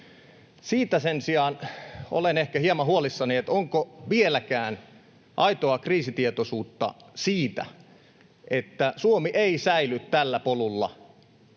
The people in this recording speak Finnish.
Siitä sen sijaan olen ehkä hieman huolissani, että onko vieläkään aitoa kriisitietoisuutta siitä, että Suomi ei säily tällä polulla